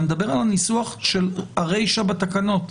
אני מדבר על הניסוח של הרישא בתקנות.